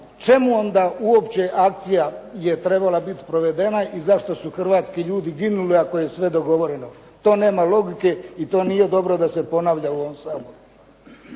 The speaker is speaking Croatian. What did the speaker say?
čemu onda uopće akcija je trebala biti provedena i zašto su hrvatski ljudi ginuli ako je sve dogovoreno? To nema logike i to nije dobro da se ponavlja u ovom Saboru.